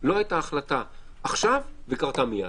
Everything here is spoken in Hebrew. לא הייתה החלטה עכשיו וקרתה מיד.